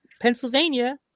Pennsylvania